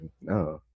no